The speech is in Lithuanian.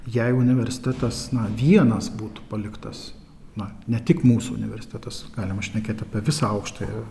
jei universitetas na vienas būtų paliktas na ne tik mūsų universitetas galime šnekėti apie visą aukštąją